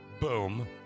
boom